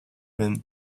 him